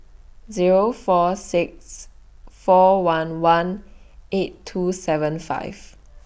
Zero four six four one one eight two seven five